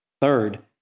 Third